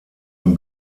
ein